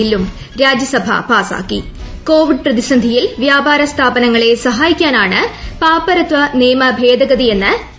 ബില്ലും രാജ്യസഭ പാസ്സാക്കി കോവിഡ് പ്രതിസന്ധിയിൽ വ്യാപാര സ്ഥാപനങ്ങളെ സഹായിക്കാനാണ് പാപ്പരത്വ നിയമ ഭേദഗതിയെന്ന് കേന്ദ്ര ധനമന്ത്രി